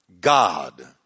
God